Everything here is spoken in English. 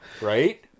Right